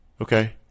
Okay